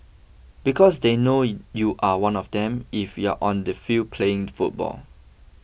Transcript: because they know you are one of them if you are on the field playing football